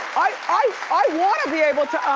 i i wanna be able to.